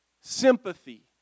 sympathy